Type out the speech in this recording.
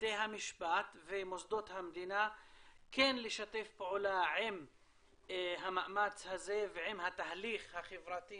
בתי המשפט ומוסדות המדינה כן לשתף פעולה עם המאמץ הזה ועם התהליך החברתי